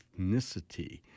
Ethnicity